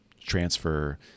transfer